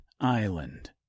Island